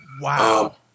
Wow